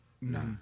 No